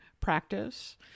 practice